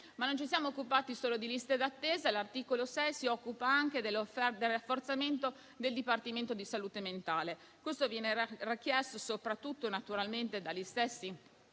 Ma non ci siamo occupati solo di liste d'attesa. L'articolo 6 si occupa anche del rafforzamento del dipartimento di salute mentale, che è stato richiesto soprattutto dagli stessi